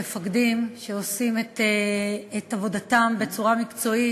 מפקדים שעושים את עבודתם בצורה מקצועית,